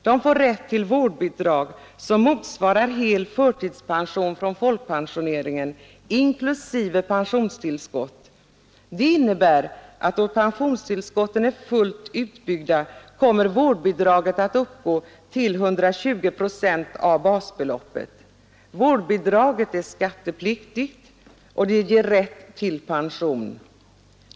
De får rätt till vårdbidrag som motsvarar hel förtidspension från folkpensioneringen inklusive pensionstillskott. Det innebär att då pensionstillskotten är fullt utbyggda kommer vårdbidraget att uppgå till 120 procent av basbeloppet. Vårdbidraget är skattepliktigt och det ger rätt till pension.